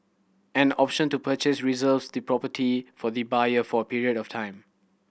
an option to purchase reserves the property for the buyer for a period of time